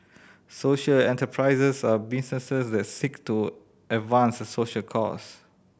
social enterprises are businesses that seek to advance a social cause